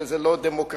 שזה לא דמוקרטי,